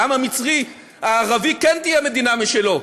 לעם המצרי הערבי כן תהיה מדינה משלו,